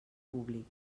públic